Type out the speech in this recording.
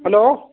hello